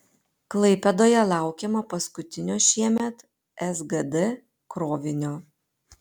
klaipėdoje laukiama paskutinio šiemet sgd krovinio